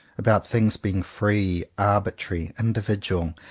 about things being free, arbitrary, individual,